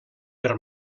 per